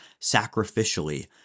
sacrificially